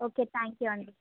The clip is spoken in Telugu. ఆ ఒకే థ్యాంక్ యు అండి